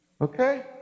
okay